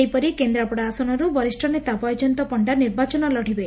ସେହିପରି କେନ୍ଦ୍ରାପଡ଼ା ଆସନରୁ ବରିଷ ନେତା ବୈଜୟନ୍ତ ପଶ୍ରା ନିର୍ବାଚନ ଲଢ଼ିବେ